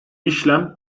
işlem